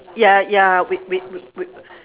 ya ya with with wi~ wi~